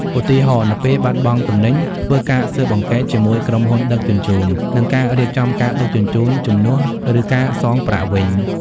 ឧទាហរណ៍ នៅពេលបាត់បង់ទំនិញ ធ្វើការស៊ើបអង្កេតជាមួយក្រុមហ៊ុនដឹកជញ្ជូន និងរៀបចំការដឹកជញ្ជូនជំនួស ឬការសងប្រាក់វិញ។